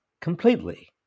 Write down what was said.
completely